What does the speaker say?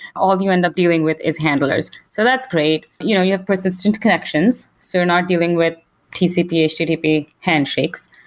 all you end up dealing with is handlers. so that's great. you know you have persistent connections. you're so not dealing with tcp, http handshakes.